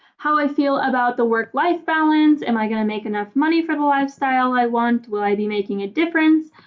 how i feel about the work-life balance, am i gonna make enough money for the lifestyle i want, will i be making a difference.